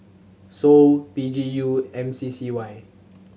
Sou P G U and M C C Y